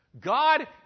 God